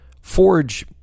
Forge